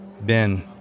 Ben